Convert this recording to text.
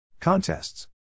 Contests